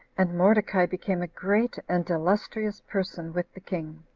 and mordecai became a great and illustrious person with the king,